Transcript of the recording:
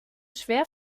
schwer